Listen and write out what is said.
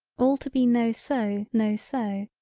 all to be no so no so.